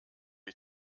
ich